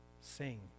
Sing